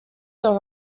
dans